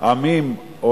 לעמים או